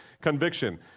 conviction